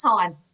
time